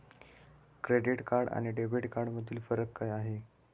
Credit card आणि debit कार्डमधील फरक काय आहे?